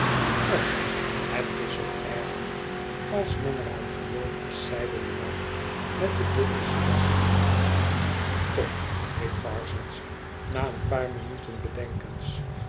och het is zoo erg niet als men er aan gewoon is zeide de man met den duffelschen jas koeltjes tomt riep parsons na een paar minuten bedenkens